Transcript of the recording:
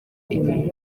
ibintu